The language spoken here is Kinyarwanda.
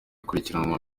gukurikiranwa